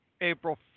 April